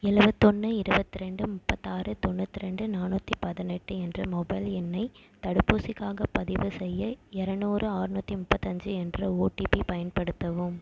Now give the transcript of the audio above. எழுவத்தொன்னு இருபத்ரெண்டு முப்பத்தாறு தொண்ணூற்றி ரெண்டு நானூற்றி பதினெட்டு என்ற மொபைல் எண்ணை தடுப்பூசிக்காகப் பதிவு செய்ய இரநூறு ஆறு நூற்றி முப்பத்தஞ்சி என்ற ஓடிபி பயன்படுத்தவும்